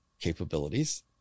capabilities